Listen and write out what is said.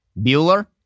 Bueller